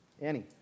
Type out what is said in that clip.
Annie